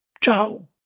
Ciao